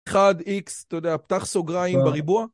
1x, אתה יודע, פתח סוגריים בריבוע.